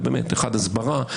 הסברה.